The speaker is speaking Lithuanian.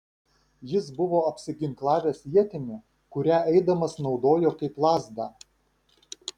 jis buvo apsiginklavęs ietimi kurią eidamas naudojo kaip lazdą